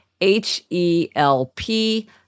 H-E-L-P